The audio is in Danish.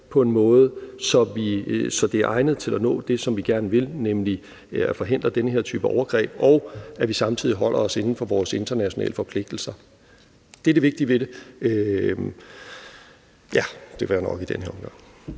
på en måde, så det er egnet til at nå det, som vi gerne vil, nemlig at forhindre den her type overgreb, og at vi samtidig holder os inden for vores internationale forpligtelser. Det er det vigtige ved det. Det kan være nok i den her omgang.